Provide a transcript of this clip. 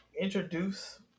introduce